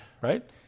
right